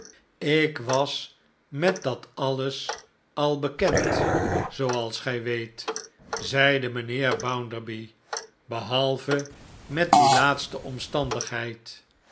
ik was met dat alles al bekend zooals gij weet zeide mijnheer bounderby behalve met die laatste omstandigheid